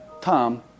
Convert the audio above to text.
Tom